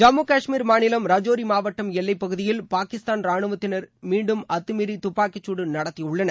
ஜம்மு காஷ்மீர் மாநிலம் ரஜோரி மாவட்டம் எல்லைப்பகுதியில் பாகிஸ்தான் ரானுவத்தினர் மீன்டும் அத்துமீறி துப்பாகிச்சூடு நடத்தியுள்ளனர்